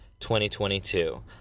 2022